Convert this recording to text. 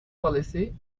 policy